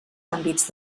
àmbits